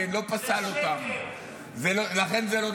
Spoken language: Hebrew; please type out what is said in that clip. מי שפסל אותם זה היה יאיר לפיד.